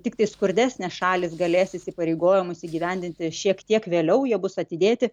tiktai skurdesnės šalys galės įsipareigojimus įgyvendinti šiek tiek vėliau jie bus atidėti